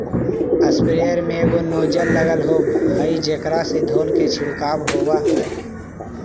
sprayer में एगो nozzle लगल होवऽ हई जेकरा से धोल के छिडकाव होवऽ हई